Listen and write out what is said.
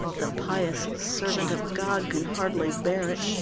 the pious servant of god can hardly bear it.